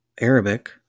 arabic